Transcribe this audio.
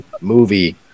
movie